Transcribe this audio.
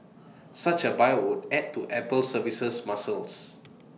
such A buyout would add to Apple's services muscles